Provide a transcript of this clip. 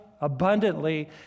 abundantly